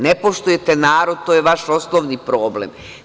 Ne poštujete narod, to je vaš osnovni problem.